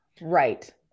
Right